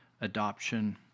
adoption